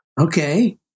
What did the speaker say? okay